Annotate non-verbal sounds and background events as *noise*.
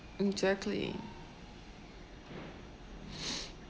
exactly *noise*